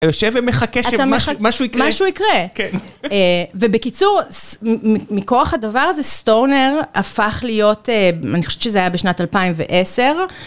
אני יושב ומחכה שמשהו יקרה. משהו יקרה. כן. ובקיצור, מכוח הדבר הזה, סטונר הפך להיות, אני חושבת שזה היה בשנת 2010.